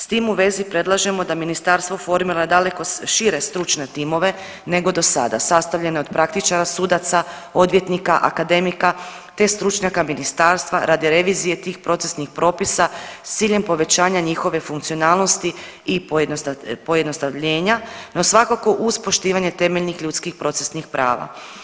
S tim u vezi predlažemo da Ministarstvo formira daleko šire stručne timove nego do sada, sastavljene od praktičara sudaca, odvjetnika, akademika te stručnjaka Ministarstva radi revizije tih procesnih propisa s ciljem povećanja njihove funkcionalnosti i pojednostavljenja, no svakako uz poštivanje temeljnih ljudskih procesnih prava.